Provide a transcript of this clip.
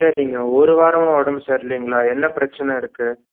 சரிங்க ஒரு வாரமாக உடம்பு சரி இல்லைங்களா என்ன பிரச்சனை இருக்குது